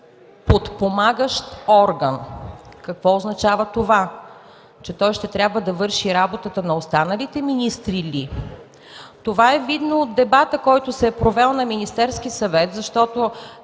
подпомагащ орган. Какво означава това – че той ще трябва да върши работата на останалите министри ли? Това е видно от дебата, който се е провел в Министерския съвет, защото